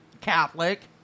Catholic